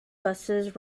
buses